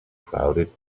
crowded